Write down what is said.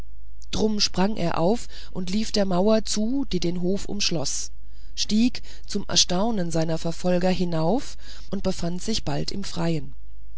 drum sprang er auf und lief der mauer zu die den hof umschloß stieg zum erstaunen seiner verfolger hinauf und befand sich bald im freien